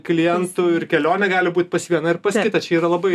klientų ir kelionė gali būt pas vieną ir pas kitą čia yra labai